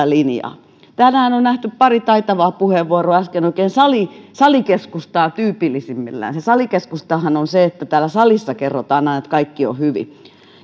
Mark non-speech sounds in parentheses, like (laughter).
(unintelligible) linjaa tänään on nähty pari taitavaa puheenvuoroa äsken oikein salikeskustaa tyypillisimmillään salikeskustahan on sellainen että täällä salissa kerrotaan aina että kaikki on hyvin